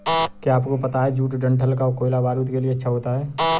क्या आपको पता है जूट डंठल का कोयला बारूद के लिए अच्छा होता है